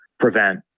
Prevent